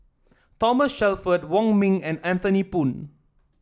Thomas Shelford Wong Ming and Anthony Poon